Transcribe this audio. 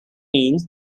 means